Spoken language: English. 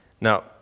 Now